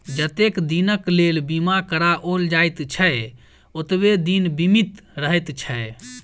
जतेक दिनक लेल बीमा कराओल जाइत छै, ओतबे दिन बीमित रहैत छै